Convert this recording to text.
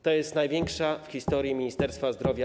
To jest największa afera w historii Ministerstwa Zdrowia.